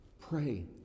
Pray